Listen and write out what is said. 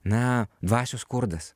na dvasios skurdas